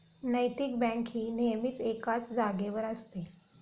नैतिक बँक ही नेहमीच एकाच जागेवर असते